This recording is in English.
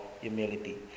humility